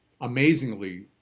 amazingly